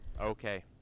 Okay